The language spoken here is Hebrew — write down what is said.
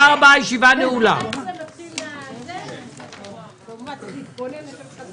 הישיבה ננעלה בשעה 10:30.